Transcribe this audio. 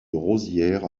rosières